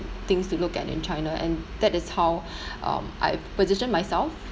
things to look at in China and that is how um I position myself